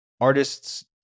artists